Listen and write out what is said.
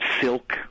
silk